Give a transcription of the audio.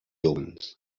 omens